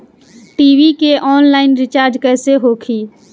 TV के online recharge कैसे होखी?